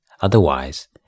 Otherwise